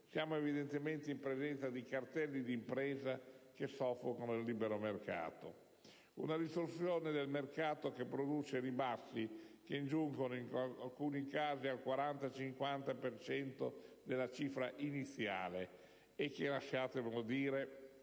Siamo evidentemente in presenza di cartelli d'impresa che soffocano il libero mercato. Questa distorsione del mercato produce ribassi che giungono in alcuni casi al 40-50 per cento della cifra iniziale e che - lasciatemelo dire